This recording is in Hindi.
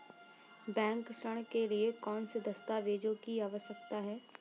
बैंक ऋण के लिए कौन से दस्तावेजों की आवश्यकता है?